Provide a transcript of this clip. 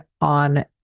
on